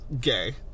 gay